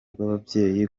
rw’ababyeyi